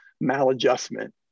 maladjustment